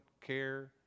care